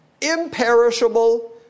imperishable